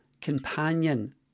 companion